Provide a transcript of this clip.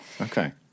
Okay